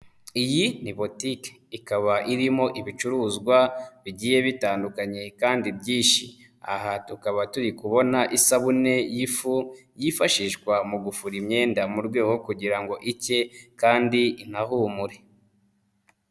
Iyi ni botike ikaba irimo ibicuruzwa bigiye bitandukanye kandi byinshi, aha tukaba turi kubona isabune y'ifu yifashishwa mu gufura imyenda mu rwego rwo kugira ngo icye kandi inahumure.